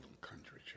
country